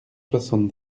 soixante